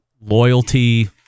loyalty